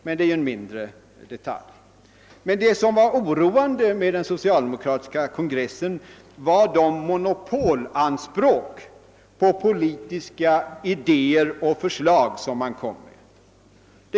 Men det är en detalj; det mest oroande med den socialdemokratiska kongressen var de monopolanspråk beträffande politiska idéer och förslag som där framställdes.